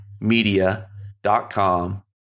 media.com